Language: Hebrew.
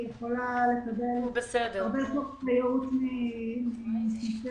היא יכולה לקבל ייעוץ מאתנו.